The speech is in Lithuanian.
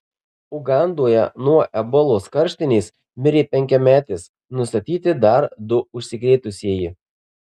ugandoje nuo ebolos karštinės mirė penkiametis nustatyti dar du užsikrėtusieji